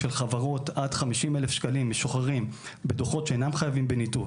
של חברות עד 50,000 שקלים משוחררים בדוחות שאינם חייבים בניתוב,